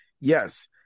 Yes